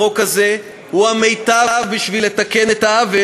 החוק הזה הוא המיטב בשביל לתקן את העוול